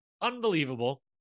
Unbelievable